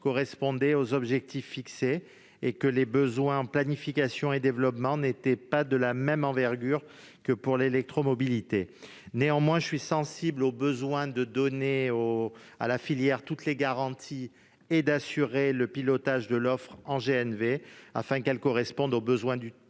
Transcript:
correspondait aux objectifs fixés et que les besoins en planification et développement n'étaient pas de la même envergure que pour l'électromobilité. Néanmoins, je suis sensible aux besoins de donner à la filière toutes les garanties et d'assurer le pilotage de l'offre en GNV afin qu'elle corresponde aux besoins du